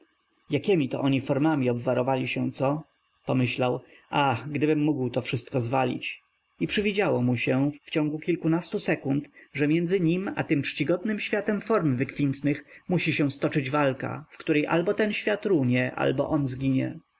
zakipiał jakiemi to oni formami obwarowali się co pomyślał a gdybym mógł to wszystko zwalić i przywidziało mu się w ciągu kilkunastu sekund że między nim a tym czcigodnym światem form wykwintnych musi się stoczyć walka w której albo ten świat runie albo on zginie